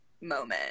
moment